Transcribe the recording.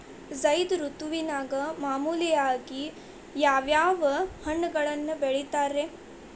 ಝೈದ್ ಋತುವಿನಾಗ ಮಾಮೂಲಾಗಿ ಯಾವ್ಯಾವ ಹಣ್ಣುಗಳನ್ನ ಬೆಳಿತಾರ ರೇ?